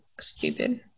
stupid